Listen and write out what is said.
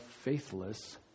faithless